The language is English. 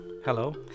Hello